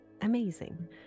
amazing